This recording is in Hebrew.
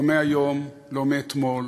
לא מהיום ולא מאתמול,